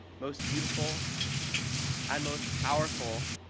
most beautiful and most powerful